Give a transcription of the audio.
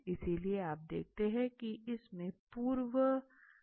इसलिए आप देखते हैं की इसमे पूर्वाग्रह कम होते है